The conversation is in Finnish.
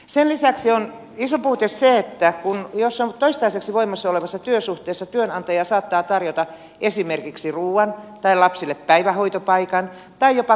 sen lisäksi on iso puute se että jos on toistaiseksi voimassa olevassa työsuhteessa työnantaja saattaa tarjota esimerkiksi ruoan tai lapsille päivähoitopaikan tai jopa kuljetuksia